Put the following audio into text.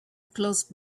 close